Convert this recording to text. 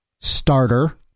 starter